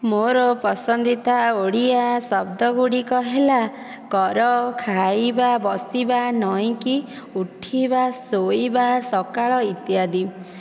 ମୋର ପସନ୍ଦିତା ଓଡ଼ିଆ ଶବ୍ଦ ଗୁଡ଼ିକ ହେଲା କର ଖାଇବା ବସିବା ନଇକି ଉଠିବା ଶୋଇବା ସକାଳ ଇତ୍ୟାଦି